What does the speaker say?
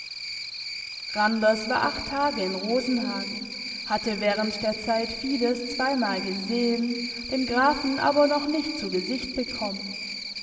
randers war acht tage in rosenhagen hatte während der zeit fides zweimal gesehen den grafen aber noch nicht zu gesicht bekommen